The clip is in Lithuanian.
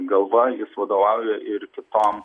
galva jis vadovauja ir kitom